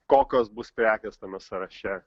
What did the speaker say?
kokios bus prekės tame sąraše